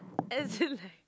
as in like